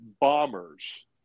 bombers